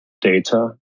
data